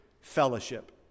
fellowship